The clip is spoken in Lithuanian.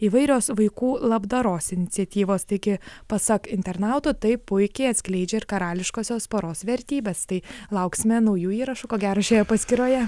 įvairios vaikų labdaros iniciatyvos taigi pasak internautų tai puikiai atskleidžia ir karališkosios poros vertybes tai lauksime naujų įrašų ko gero šioje paskyroje